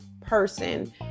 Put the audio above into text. Person